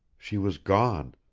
she was gone.